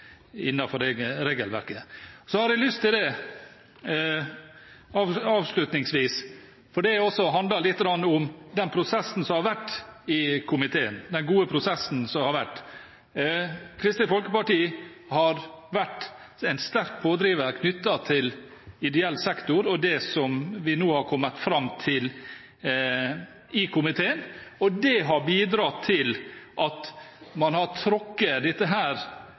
mulig innenfor regelverket. Avslutningsvis: Dette handler også om den gode prosessen som har vært i komiteen. Kristelig Folkeparti har vært en sterk pådriver knyttet til ideell sektor og til det som vi nå har kommet fram til i komiteen. Det har bidratt til at man har trukket dette